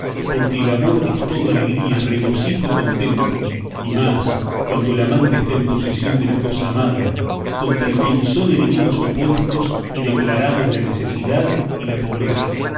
porque el amor es todo alegría regocijo y contento y más cuando el amante está en posesión de la cosa amada contra quien son enemigos opuestos y declarados la necesidad y la pobreza